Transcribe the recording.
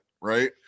Right